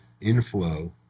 inflow